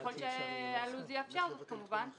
ככל שלוח הזמנים יאפשר זאת כמובן,